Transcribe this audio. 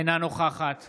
אינה נוכחת